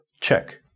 Check